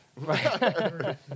Right